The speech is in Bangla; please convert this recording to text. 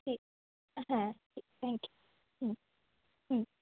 ঠিক হ্যাঁ থ্যাঙ্ক ইউ হুম হুম